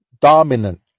dominant